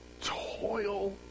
toil